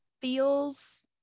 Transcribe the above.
feels